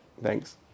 thanks